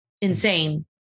insane